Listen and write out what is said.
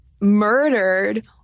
murdered